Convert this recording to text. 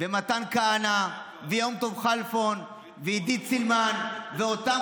ומתן כהנא ויום טוב כלפון ועידית סילמן ואותם